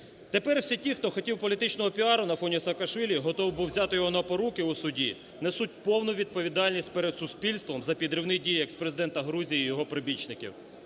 Тепер всі ті, хто хотів політичного піару на фоні Саакашвілі, готовий був взяти його на поруки у суді, несуть повну відповідальність перед суспільством за підривні дії екс-президента Грузії і його прибічників.